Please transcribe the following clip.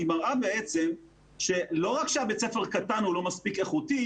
היא מראה שלא רק שבית ספר קטן הוא לא מספיק איכותי,